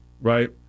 Right